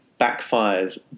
backfires